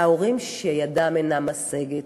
וההורים שידם אינה משגת?